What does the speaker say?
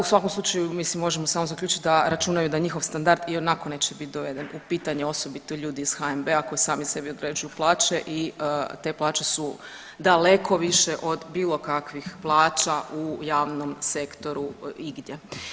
U svakom slučaju mi si možemo samo zaključiti da računaju da njihov standard ionako neće bit doveden u pitanje osobito ljudi iz HNB-a koji sami sebi određuju plaće i te plaće su daleko više od bilo kakvih plaća u javnom sektoru igdje.